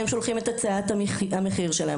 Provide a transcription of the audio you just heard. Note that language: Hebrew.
הם שולחים את הצעת המחיר שלהם,